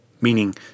meaning